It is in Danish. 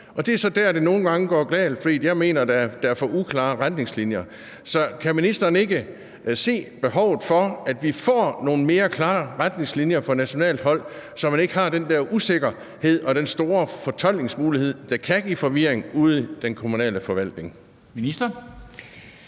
og det er så der, det nogle gange går galt, fordi der er for uklare retningslinjer efter min mening. Så kan ministeren ikke se behovet for, at vi får nogle mere klare retningslinjer fra centralt hold, så man ikke har den der usikkerhed og den store fortolkningsmulighed, der kan give forvirring ude i den kommunale forvaltning? Kl.